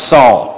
Saul